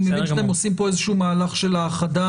אני מבין שאתם עושים פה איזה שהוא מהלך של האחדה,